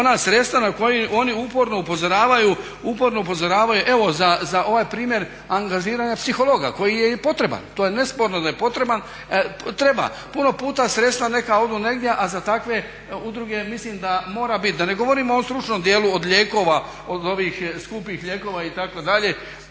ona sredstva na koja oni uporno upozoravaju evo za ovaj primjer angažiranja psihologa koji je i potreban. To je nesporno da je potreban. Treba. Puno puta sredstva neka odu negdje, a za takve udruge mislim da mora bit, da ne govorimo o stručnom dijelu od lijekova, od ovih skupih lijekova itd.